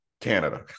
canada